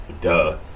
duh